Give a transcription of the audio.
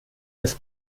des